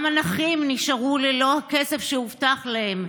גם הנכים נשארו ללא הכסף שהובטח להם.